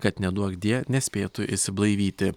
kad neduokdie nespėtų išsiblaivyti